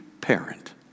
parent